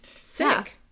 sick